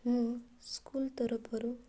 ମୁଁ ସ୍କୁଲ୍ ତରଫରୁ